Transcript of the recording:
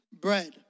bread